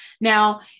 Now